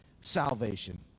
salvation